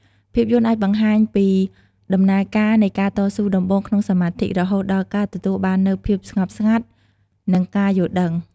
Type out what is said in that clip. ភាពយន្តអាចបង្ហាញពីដំណើរការនៃការតស៊ូដំបូងក្នុងសមាធិ រហូតដល់ការទទួលបាននូវភាពស្ងប់ស្ងាត់ និងការយល់ដឹង។